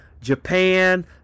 Japan